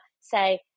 say